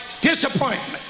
disappointment